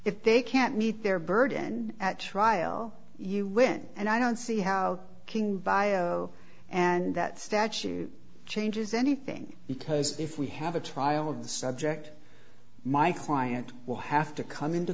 if they can't meet their burden at trial you win and i don't see how king bio and that statute changes anything because if we have a trial of the subject my client will have to come into